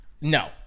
No